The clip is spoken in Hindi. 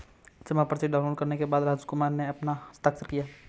जमा पर्ची डाउनलोड करने के बाद रामकुमार ने अपना हस्ताक्षर किया